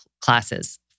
classes